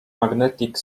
magnetic